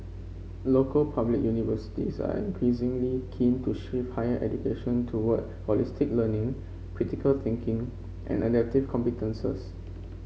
local public universities are increasingly keen to shift higher education toward holistic learning critical thinking and adaptive competences